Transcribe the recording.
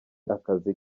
akazi